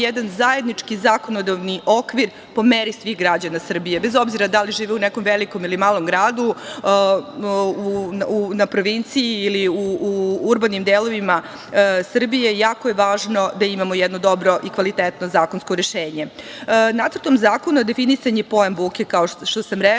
jedan zajednički zakonodavni okvir po meri svih građana Srbije, bez obzira da li žive u nekom velikom ili malom gradu, na provinciji ili u urbanim delovima Srbije. Jako je važno da imamo jedno dobro i kvalitetno zakonsko rešenje. Nacrtom zakona definisan je pojam buke kao što sam rekla,